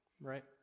right